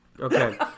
Okay